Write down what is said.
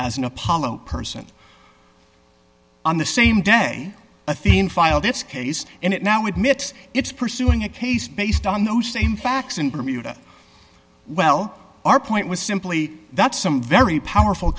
as an apollo person on the same day athene filed this case and it now admits it's pursuing a case based on those same facts in bermuda well our point was simply that some very powerful